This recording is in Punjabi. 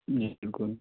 ਜੀ ਬਿਲਕੁਲ